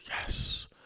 Yes